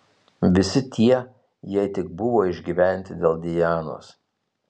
visi tie jei tik buvo išgyventi dėl dianos